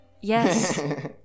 Yes